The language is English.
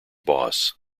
boss